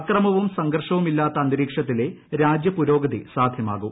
അക്രമവും സംഘർഷവുമില്ലാത്ത അന്തരീക്ഷത്തിലേ രാജ്യ പുരോഗതി സാധ്യമാകു